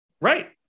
right